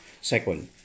second